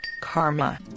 karma